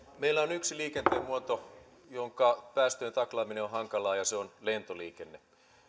meillä on yksi liikennemuoto jonka päästöjen taklaaminen on hankalaa ja se on lentoliikenne